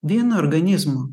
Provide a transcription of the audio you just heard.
viena organizmo